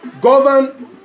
govern